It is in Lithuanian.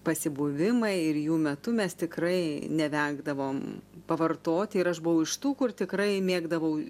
pasibuvimai ir jų metu mes tikrai nevengdavom pavartoti ir aš buvau iš tų kur tikrai mėgdavau